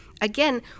again